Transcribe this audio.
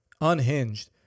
Unhinged